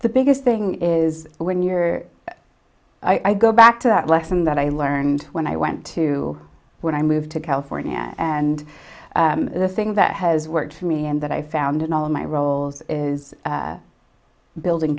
the biggest thing is when you're i go back to that lesson that i learned when i went to when i moved to california and the thing that has worked for me and that i found in all of my roles is building